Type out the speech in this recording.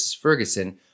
Ferguson